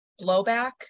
blowback